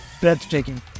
breathtaking